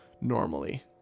normally